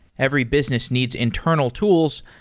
every business needs internal tools,